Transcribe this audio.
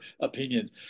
opinions